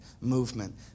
movement